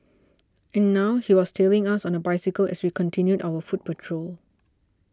and now he was tailing us on a bicycle as we continued our foot patrol